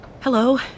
Hello